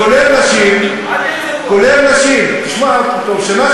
או שתרד או שתגיד: אל תרצחו.